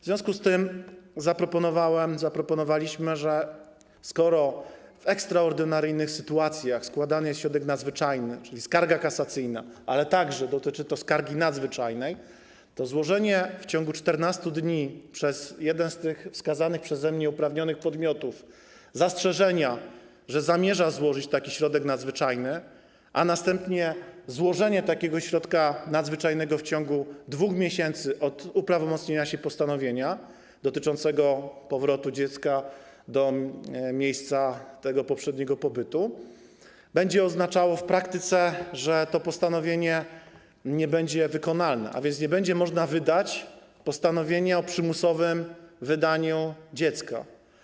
W związku z tym zaproponowałem, zaproponowaliśmy, że skoro w ekstraordynaryjnych sytuacjach jest składany środek nadzwyczajny, czyli skarga kasacyjna, ale także dotyczy to skargi nadzwyczajnej, to złożenie w ciągu 14 dni przez jeden ze wskazanych przeze mnie uprawnionych podmiotów zastrzeżenia, że zamierza złożyć taki środek nadzwyczajny, a następnie złożenie takiego środka nadzwyczajnego w ciągu 2 miesięcy od dnia uprawomocnienia się postanowienia dotyczącego powrotu dziecka do miejsca jego poprzedniego pobytu będzie oznaczało w praktyce, że to postanowienie nie będzie wykonalne, a więc nie będzie można wydać postanowienia o przymusowym wydaniu dziecka.